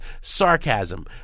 sarcasm